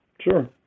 sure